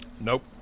Nope